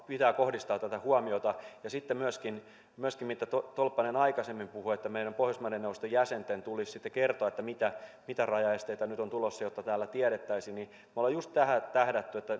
pitää kohdistaa tätä huomiota sitten myöskin se mitä tolppanen aikaisemmin puhui että meidän pohjoismaiden neuvoston jäsenten tulisi sitten kertoa mitä mitä rajaesteitä nyt on tulossa jotta täällä tiedettäisiin me olemme just tähän tähdänneet että